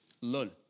Learn